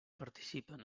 participen